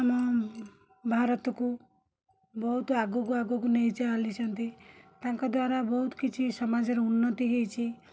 ଆମ ଭାରତକୁ ବହୁତ ଆଗକୁ ଆଗକୁ ନେଇକି ଚାଲିଛନ୍ତି ତାଙ୍କଦ୍ୱାରା ବହୁତ କିଛି ସମାଜରେ ଉନ୍ନତି ହୋଇଛି